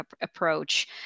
approach